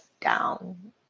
down